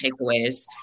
takeaways